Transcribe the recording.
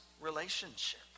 relationship